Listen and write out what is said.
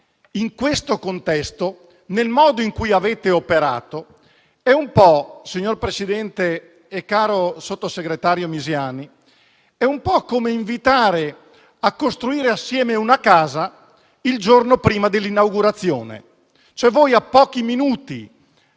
in questo contesto, nel modo in cui avete operato, è un po' come, signor Presidente e caro viceministro Misiani, invitare a costruire assieme una casa il giorno prima dell'inaugurazione. Voi, a pochi minuti